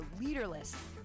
leaderless